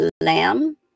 lamb